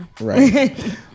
Right